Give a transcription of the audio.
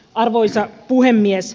arvoisa puhemies